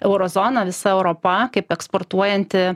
euro zona visa europa kaip eksportuojanti